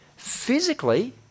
physically